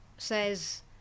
says